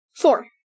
four